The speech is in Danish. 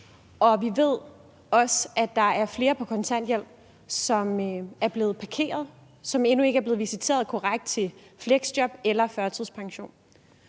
og vi ved også, at der er flere på kontanthjælp, som er blevet parkeret, og som endnu ikke er blevet visiteret korrekt til et fleksjob eller en førtidspension.